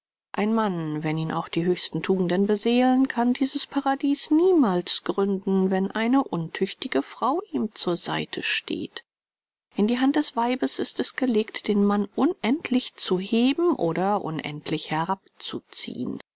ein mann wenn ihn auch die höchsten tugenden beseelen kann dieses paradies niemals gründen wenn eine untüchtige frau ihm zur seite steht in die hand des weibes ist es gelegt den mann unendlich zu heben oder unendlich herabzuziehen